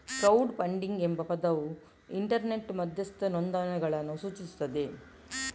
crowd funding ಎಂಬ ಪದವು internet ಮಧ್ಯಸ್ಥ ನೋಂದಣಿಗಳನ್ನು ಸೂಚಿಸುತ್ತದೆ